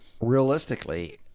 realistically